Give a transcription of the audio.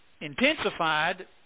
intensified